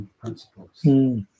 principles